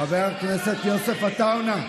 חבר הכנסת יוסף עטאונה.